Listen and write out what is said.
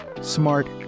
smart